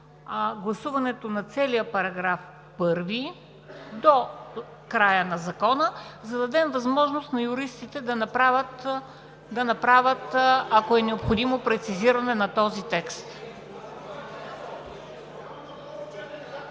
гласуването на целия § 1 до края на Закона, за да дадем възможност на юристите да направят, ако е необходимо, прецизиране на този текст.